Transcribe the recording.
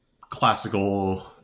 classical